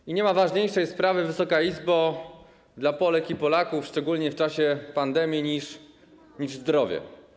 I nie ma ważniejszej sprawy, Wysoka Izbo, dla Polek i Polaków, szczególnie w czasie pandemii, niż zdrowie.